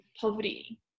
poverty